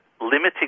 Limiting